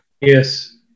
Yes